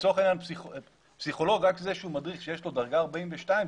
לצורך העניין פסיכולוג שהוא מדריך שיש לו דרגה 42,